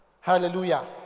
Hallelujah